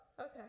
Okay